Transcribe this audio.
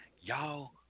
Y'all